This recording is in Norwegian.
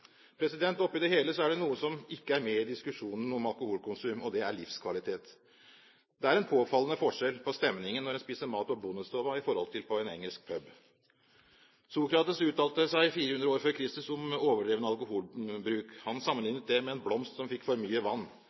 det hele er det noe som ikke er med i diskusjonen om alkoholkonsum, og det er livskvalitet. Det er en påfallende forskjell på stemningen hvis en spiser på Bondestova i forhold til på en engelsk pub. Sokrates uttalte seg 400 år f.Kr. om overdreven alkoholbruk. Han sammenlignet det med en blomst som fikk for mye vann.